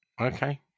Okay